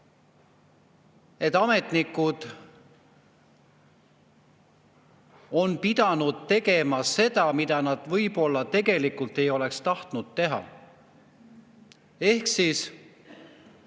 et ametnikud on pidanud tegema seda, mida nad võib-olla tegelikult ei oleks tahtnud teha. Ehk täitma